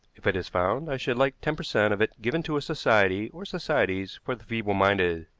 if it is found, i should like ten per cent. of it given to a society or societies for the feeble-minded.